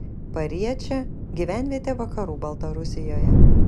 pariečė gyvenvietė vakarų baltarusijoje